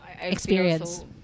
experience